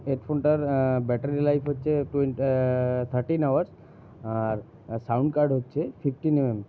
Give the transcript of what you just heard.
হেডফোনটার battery life হচ্ছে twenty thirteen hours আর sound card হচ্ছে ফিফটিন এমএম